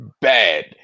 bad